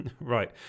Right